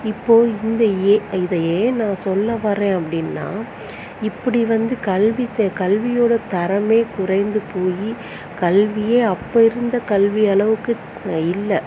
இப்போது இந்த ஏ இதை ஏன் நான் சொல்ல வரேன் அப்படின்னா இப்படி வந்து கல்வி தே கல்வியோடய தரம் குறைந்து போய் கல்வியே அப்போ இருந்த கல்வி அளவுக்கு இல்லை